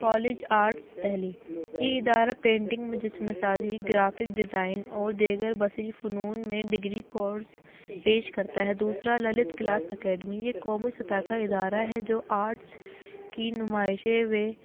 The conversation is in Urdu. کالج آرٹس دہلی یہ ادارہ پینٹنگ مجسمہ سازی گرافک ڈیزائن اور دیگر بصری فنون میں ڈگری کورس پیش کرتا ہے دوسرا للت کلا اکیڈمی یہ قومی سطح کا ادارہ ہے جو آرٹس کی نمائشیں وہ